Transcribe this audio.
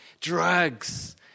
Drugs